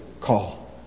call